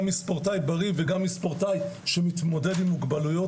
גם ספורטאי בריא וגם ספורטאי שמתמודד עם מוגבלויות.